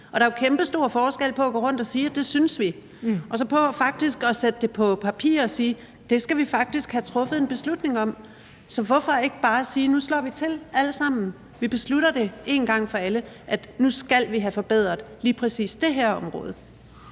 Der er jo kæmpestor forskel på at gå rundt og sige, at vi synes det, og så rent faktisk at sætte det på papir og sige, at vi faktisk skal have truffet en beslutning om det. Så hvorfor ikke bare sige: Nu slår vi til, alle sammen? Vi beslutter én gang for alle, at nu skal vi have forbedret lige præcis det her område.